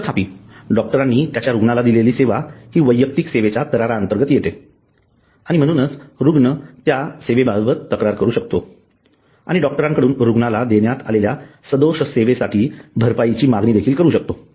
तथापि डॉक्टरांनी त्याच्या रुग्णाला दिलेली सेवा हि वैयक्तिक सेवेच्या कराराअंतर्गत येते आणि म्हणूनच रुग्ण त्या सेवेबाबत तक्रार करू शकतो आणि डॉक्टरकडून रुग्णाला देण्यात आलेल्या सदोष सेवेसाठी भरपाई ची मागणी करू शकतो